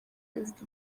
bivuga